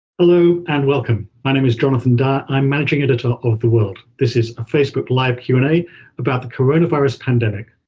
and welcome. my name is jonathan dyer. i'm managing editor of the world. this is a facebook live q and a about the coronavirus pandemic,